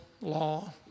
law